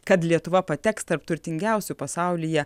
kad lietuva pateks tarp turtingiausių pasaulyje